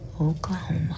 Oklahoma